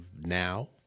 now